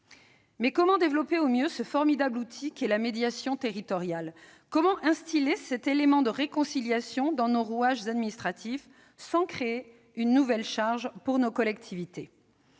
comment développer au mieux ce formidable outil qu'est la médiation territoriale ? Comment instiller cet élément de réconciliation dans nos rouages administratifs, sans créer une nouvelle charge pour nos collectivités ?